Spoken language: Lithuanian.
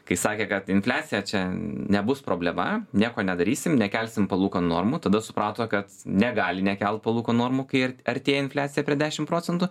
kai sakė kad infliacija čia nebus problema nieko nedarysim nekelsim palūkanų normų tada suprato kad negali nekelt palūkanų normų kai artėja infliacija per dešim procentų